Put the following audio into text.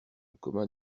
commun